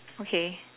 okay